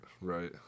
right